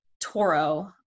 Toro